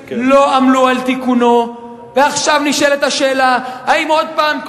לא עמלו על תיקונו ועכשיו נשאלת השאלה האם עוד פעם,